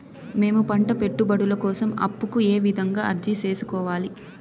మేము పంట పెట్టుబడుల కోసం అప్పు కు ఏ విధంగా అర్జీ సేసుకోవాలి?